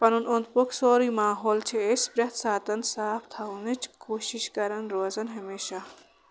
پَنُن اوٚنٛد پوٚکھ سورُے ماحول چھِ أسۍ پرٮ۪تھ ساتَن صاف تھاونٕچ کوٗشش کران روزان ہمیشہ